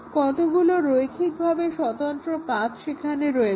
কতগুলি রৈখিকভাবে স্বতন্ত্র পাথ্ সেখানে রয়েছে